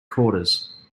quarters